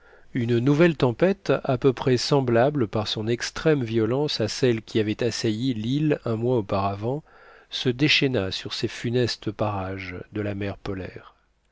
une nouvelle tempête à peu près semblable par son extrême violence à celle qui avait assailli l'île un mois auparavant se déchaîna sur ces funestes parages de la mer polaire